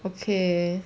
okay